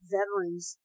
Veterans